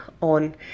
on